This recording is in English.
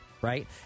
right